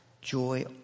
joy